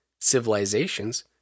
civilizations